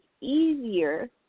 easier